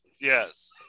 Yes